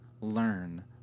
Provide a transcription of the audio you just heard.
learn